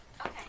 Okay